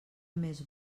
més